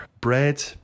Bread